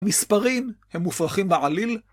מספרים הם מופרכים בעליל?